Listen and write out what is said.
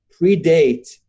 predate